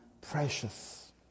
precious